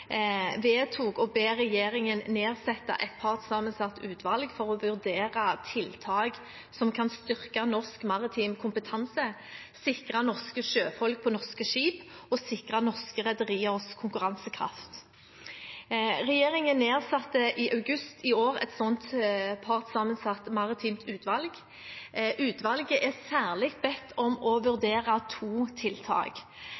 vedtok å be regjeringen nedsette et partssammensatt utvalg for å vurdere tiltak som kan styrke norsk maritim kompetanse, sikre norske sjøfolk på norske skip og sikre norske rederiers konkurransekraft. Regjeringen nedsatte i august i år et slikt partssammensatt maritimt utvalg. Utvalget er særlig bedt om å